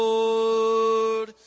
Lord